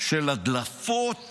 של הדלפות